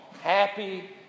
happy